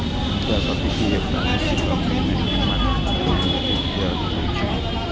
मुद्रास्फीति एकटा निश्चित अवधि मे कीमत मे वृद्धिक दर होइ छै